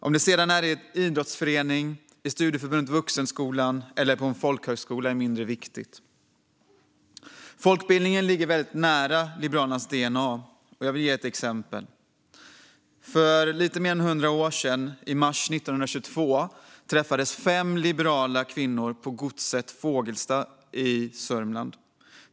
Om det sedan är i en idrottsförening, i Studieförbundet Vuxenskolan eller på en folkhögskola är mindre viktigt. Folkbildning ligger väldigt nära Liberalernas dna. Låt mig ge ett exempel: För lite mer än 100 år sedan, i mars 1922, träffades fem liberala kvinnor på godset Fogelstad i Södermanland.